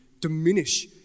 diminish